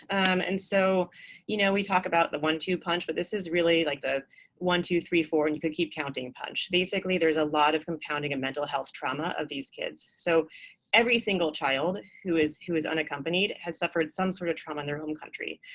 and so you know we talk about the one-two punch. but this is really like the one-two-three-four and you could keep counting punch. basically, there's a lot of compounding of mental health trauma of these kids. so every single child who is who is unaccompanied has suffered some sort of trauma in their home country.